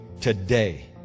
today